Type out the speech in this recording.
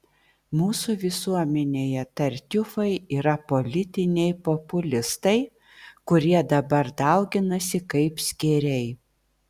mūsų visuomenėje tartiufai yra politiniai populistai kurie dabar dauginasi kaip skėriai